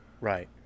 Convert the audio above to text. Right